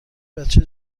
بچه